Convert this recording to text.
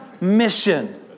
mission